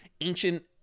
ancient